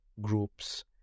groups